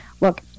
Look